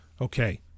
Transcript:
okay